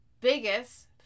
biggest